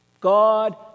God